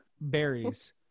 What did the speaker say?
berries